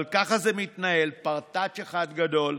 אבל ככה זה מתנהל, פרטאץ' אחד גדול,